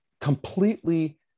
completely